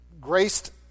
graced